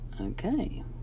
Okay